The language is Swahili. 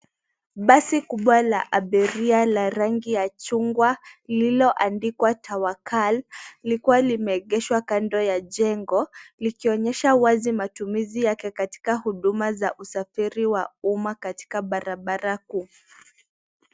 Basi kubwa la abiria la rangi ya chungwa, lililoandikwa Tawakal likiwa limeegeshwa kando ya jengo, likionyesha wazi matumizi yake katika huduma za usafiri wa umma katika barabara kuu.